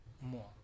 more